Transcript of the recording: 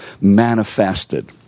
manifested